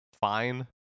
fine